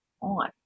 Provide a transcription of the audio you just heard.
on